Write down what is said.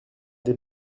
des